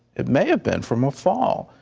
it may have been from a fall.